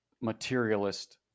materialist